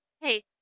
Hey